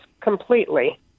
completely